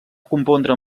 compondre